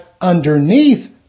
underneath